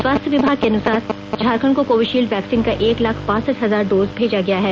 स्वास्थ्य विभाग के अनुसार झारखंड को कोवीशील्ड वैक्सीन का एक लाख बासठ हजार डोज भेजा गया है